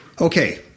Okay